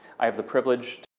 i have the privilege